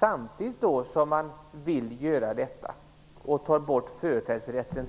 Samtidigt som man vill göra detta och tar bort företrädesrätten